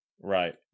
Right